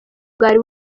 bwari